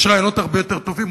יש רעיונות הרבה יותר טובים,